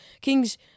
Kings